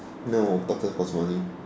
no doctors cost money